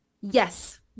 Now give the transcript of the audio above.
Yes